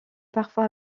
parfois